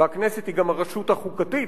והכנסת היא גם הרשות החוקתית,